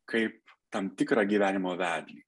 kaip tam tikrą gyvenimo vedlį